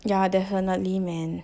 yeah definitely man